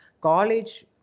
college